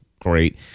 great